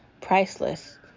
Priceless